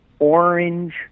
Orange